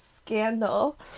scandal